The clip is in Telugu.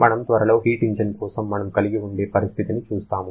మనం త్వరలో హీట్ ఇంజిన్ కోసం మనం కలిగి ఉండే పరిస్థితిని చూస్తాము